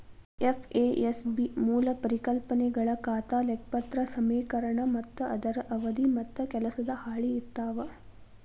FASB ಮೂಲ ಪರಿಕಲ್ಪನೆಗಳ ಖಾತಾ ಲೆಕ್ಪತ್ರ ಸಮೇಕರಣ ಮತ್ತ ಅದರ ಅವಧಿ ಮತ್ತ ಕೆಲಸದ ಹಾಳಿ ಇರ್ತಾವ